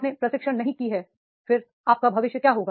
आपने प्रशिक्षण नहीं की है फिर आपका भविष्य क्या है